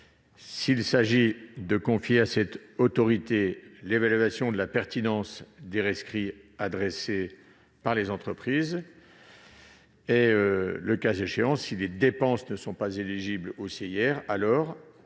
S'agit-il de confier à cette autorité l'évaluation de la pertinence des rescrits adressés par les entreprises ? Le cas échéant, si les dépenses ne sont pas éligibles au CIR,